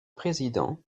président